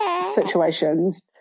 situations